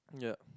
yeah